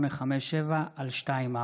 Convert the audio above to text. פ/3857/24: